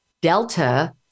Delta